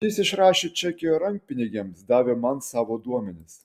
jis išrašė čekį rankpinigiams davė man savo duomenis